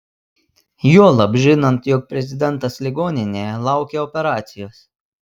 juolab žinant jog prezidentas ligoninėje laukia operacijos